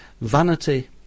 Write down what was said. vanity